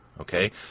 Okay